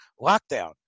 lockdown